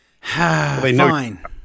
Fine